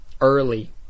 early